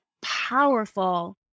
powerful